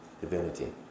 divinity